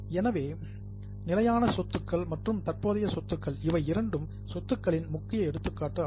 எனவே நிலையான மற்றும் தற்போதைய சொத்துக்கள் இவை இரண்டும் சொத்துக்களின் முக்கிய எடுத்துக்காட்டு ஆகும்